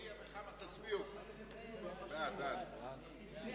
התשס"ט 2009, לוועדת העבודה, הרווחה